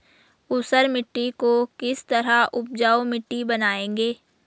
ऊसर मिट्टी को किस तरह उपजाऊ मिट्टी बनाएंगे?